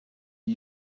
you